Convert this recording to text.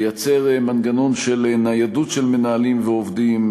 לייצר מנגנון של ניידות מנהלים ועובדים,